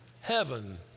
heaven